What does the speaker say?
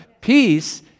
Peace